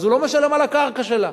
אז הוא לא משלם על הקרקע שלה.